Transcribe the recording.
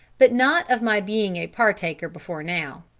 but not of my being a partaker before now.